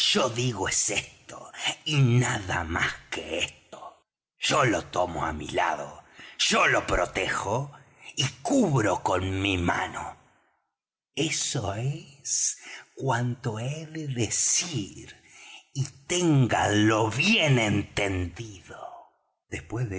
yo digo es esto y nada más que ésto yo lo tomo á mi lado yo lo protejo y cubro con mi mano eso es cuanto he de decir y ténganlo bien entendido después